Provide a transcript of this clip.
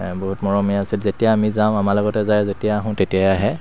বহুত মৰমীয়াল আছিল যেতিয়া আমি যাওঁ আমাৰ লগতে যায় যেতিয়াই আহোঁ তেতিয়াই আহে